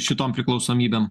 šitom priklausomybėm